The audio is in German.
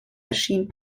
erschien